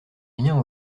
rien